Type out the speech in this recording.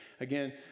Again